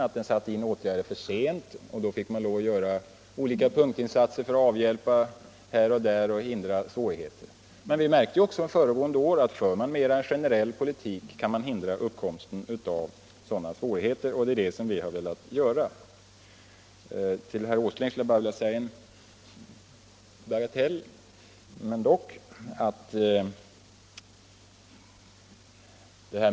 Regeringen satte in åtgärder för sent och då fick man lov att göra olika punktinsatser för att avhjälpa problem här och där och hindra svårigheter. Men vi märkte också föregående år att om man för en mer generell politik kan man hindra uppkomsten av sådana svårigheter. Det är vad vi vill göra. För herr Åsling skulle jag bara vilja påpeka en bagatell.